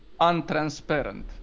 untransparent